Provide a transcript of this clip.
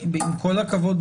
עם כל הכבוד,